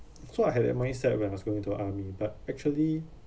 so I had that mindset where I was going to army but actually